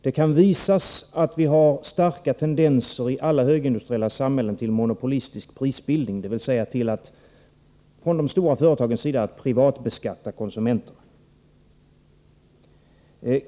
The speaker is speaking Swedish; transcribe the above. Det kan visas att det i alla högindustrialiserade samhällen finns starka tendenser till en monopolistisk prisbildning, dvs. att de stora företagen privatbeskattar konsumenterna.